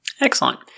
Excellent